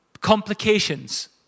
complications